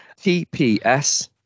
TPS